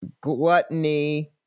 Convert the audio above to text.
gluttony